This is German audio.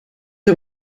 der